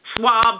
swab